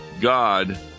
God